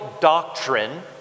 doctrine